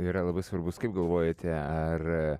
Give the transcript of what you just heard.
yra labai svarbus kaip galvojate ar